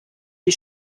die